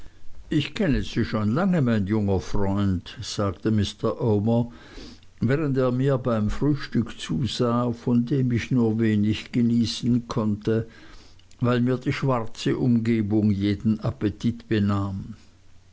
ich kenne sie schon lange mein junger freund sagte mr omer während er mir beim frühstück zusah von dem ich nur wenig genießen konnte weil mir die schwarze umgebung jeden appetit benahm